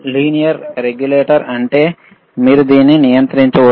linear regulated అంటే మీరు దీన్ని నియంత్రించవచ్చు